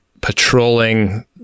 patrolling